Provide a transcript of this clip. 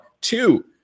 two